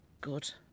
Good